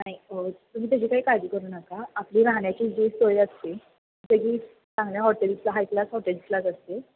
नाही तुम्ही त्याची काही काळजी करू नका आपली राहण्याची जी सोय असते त्याची चांगल्या हॉटेल्सला हाय क्लास हॉटेल्सलाच असते